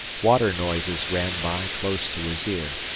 water-noises ran by close to his ear,